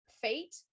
fate